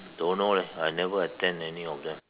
don't know leh I never attend any of them